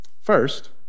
First